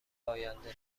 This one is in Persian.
آینده